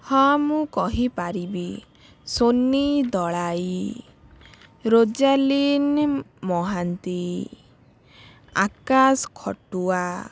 ହଁ ମୁଁ କହିପାରିବି ସୋନି ଦଳାଇ ରୋଜାଲିନ ମହାନ୍ତି ଆକାଶ ଖଟୁଆ